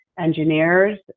engineers